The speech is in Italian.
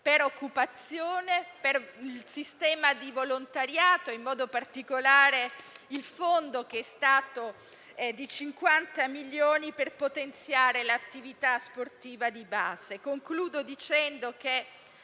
per occupazione, per il sistema di volontariato, in modo particolare con il fondo di 50 milioni per potenziare l'attività sportiva di base. Infine, finalmente